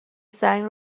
سنگ